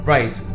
Right